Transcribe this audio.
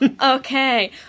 Okay